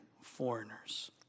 foreigners